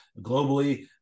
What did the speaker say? globally